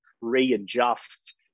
readjust